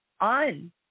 on